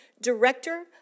director